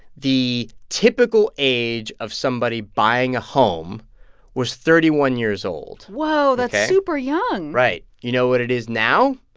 the typical age of somebody buying a home was thirty one years old, ok? whoa, that's super young right. you know what it is now?